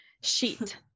sheet